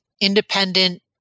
independent